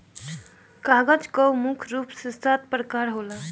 कागज कअ मुख्य रूप से सात प्रकार होला